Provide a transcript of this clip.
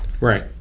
Right